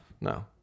No